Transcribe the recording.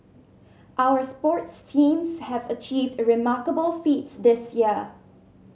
our sports teams have achieved a remarkable feats this year